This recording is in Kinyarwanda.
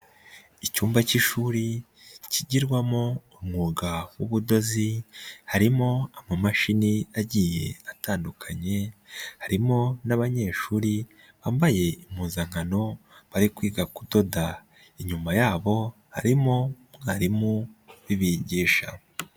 Icyumba cy'ishuri kigirwamo umwuga w'ubudozi harimo amamashini agiye atandukanye, harimo n'abanyeshuri bambaye impuzankano bari kwiga kudoda, inyuma yabo harimo umwarimu ubibigisha.